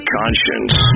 conscience